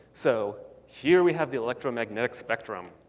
so here we have the electromagnetic spectrum,